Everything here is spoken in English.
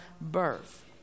birth